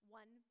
one